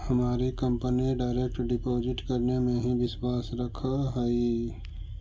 हमारी company direct deposit करने में ही विश्वास रखअ हई